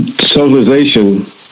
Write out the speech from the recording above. civilization